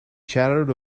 chattered